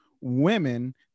women